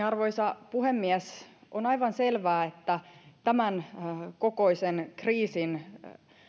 arvoisa puhemies on aivan selvää että tämän kokoisen kriisin